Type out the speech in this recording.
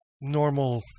Normal